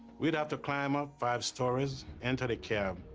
we'd have to climb up five stories into the cab.